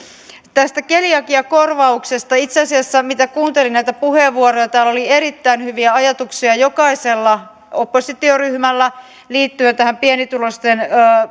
tästä keliakiakorvauksesta itse asiassa mitä kuuntelin näitä puheenvuoroja täällä oli erittäin hyviä ajatuksia jokaisella oppositioryhmällä liittyen tähän pienituloisten